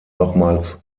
nochmals